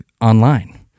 online